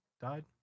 died